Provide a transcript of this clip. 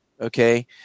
Okay